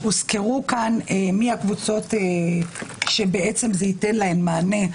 הוזכרו כאן מי הקבוצות שזה ייתן להן מענה.